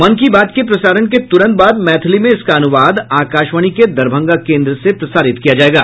मन की बात के प्रसारण के तुरंत बाद मैथिली में इसका अनुवाद आकाशवाणी के दरभंगा केन्द्र से प्रसारित किया जायेगा